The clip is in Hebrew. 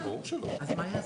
אז מה יהיה?